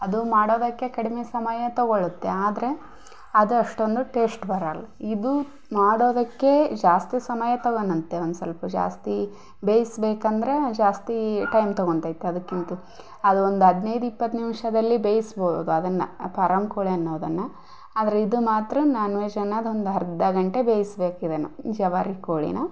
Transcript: ಅದು ಮಾಡೋದಕ್ಕೆ ಕಡಿಮೆ ಸಮಯ ತೊಗೊಳ್ಳುತ್ತೆ ಆದರೆ ಅದು ಅಷ್ಟೊಂದು ಟೇಷ್ಟ್ ಬರೋಲ್ಲ ಇದು ಮಾಡೋದಕ್ಕೆ ಜಾಸ್ತಿ ಸಮಯ ತಗೊಳುತ್ತೆ ಒಂದು ಸ್ವಲ್ಪ ಜಾಸ್ತಿ ಬೇಯಿಸ್ಬೇಕಂದ್ರೆ ಜಾಸ್ತಿ ಟೈಮ್ ತೊಗೊಳ್ತೈತೆ ಅದಕ್ಕಿಂತ್ಲು ಅದು ಒಂದು ಹದಿನೈದು ಇಪ್ಪತ್ತು ನಿಮಿಷದಲ್ಲಿ ಬೇಯ್ಸ್ಬೋದು ಅದನ್ನು ಪಾರಂ ಕೋಳಿ ಅನ್ನೋದನ್ನು ಆದರೆ ಇದು ಮಾತ್ರ ನಾನ್ವೆಜ್ಜನ್ನು ಒಂದು ಅರ್ಧ ಗಂಟೆ ಬೇಯ್ಸ್ಬೇಕು ಇದನ್ನು ಜವಾರಿ ಕೋಳೀನ